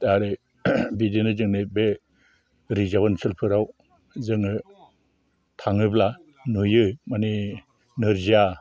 दा ओरै बिदिनो जोंनि बे रिजार्भ ओनसोलफोराव जोङो थाङोब्ला नुयो माने नोरजिया